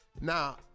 Now